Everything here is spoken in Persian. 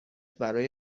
برای